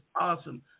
awesome